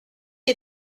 qui